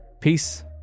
Peace